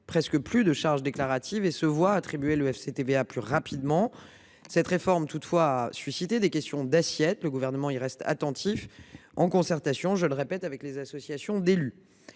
presque plus de charge déclarative et se voient attribuer le FCTVA plus rapidement. Toutefois, cette réforme a suscité des questions d’assiette : le Gouvernement y reste attentif, en concertation, j’y insiste, avec les associations d’élus.